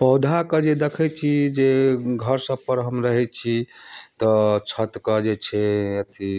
पौधाके जे देखै छी जे घर सबपर हम रहै छी तऽ छत कऽ जे छै अथी